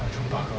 tanjong pagar